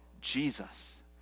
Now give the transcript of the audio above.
Jesus